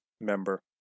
member